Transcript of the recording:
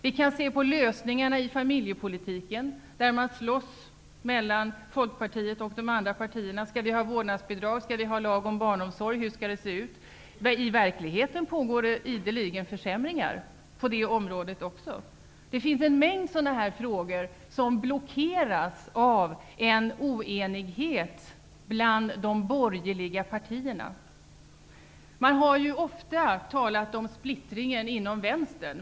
Vi kan se på lösningarna i familjepolitiken, där man slåss mellan Folkpartiet och de andra partierna. Skall vi ha vårdnadsbidrag, lag om barnomsorg, eller hur skall det se ut? I verkligheten pågår ideligen försämringar också på detta område. Det finns en mängd sådana frågor som blockeras av en oenighet bland de borgerliga partierna. Man har ofta talat om splittringen inom vänstern.